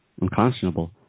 unconscionable